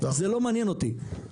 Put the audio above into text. זה לא מעניין אותי,